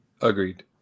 Agreed